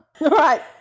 right